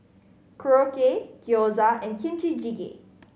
Korokke Gyoza and Kimchi Jjigae